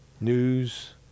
news